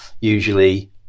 usually